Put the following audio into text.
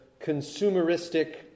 consumeristic